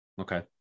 Okay